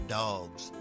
dogs